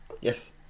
Yes